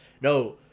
no